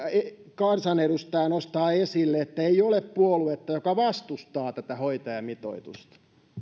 kansanedustaja nostaa esille että ei ole puoluetta joka vastustaa tätä hoitajamitoitusta